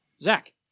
Zach